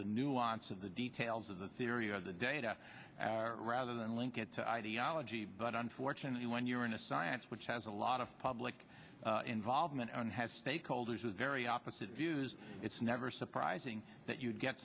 the nuance of the details of the theory of the data are rather than link it to ideology but unfortunately when you're in a science which has a lot of public involvement and has stakeholders with very opposite views it's never surprising that you get